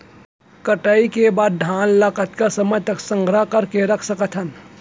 कटाई के बाद धान ला कतका समय तक संग्रह करके रख सकथन?